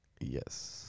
Yes